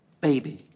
baby